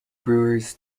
brewers